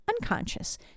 unconscious